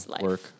work